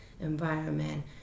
environment